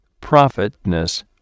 profitness